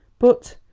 but,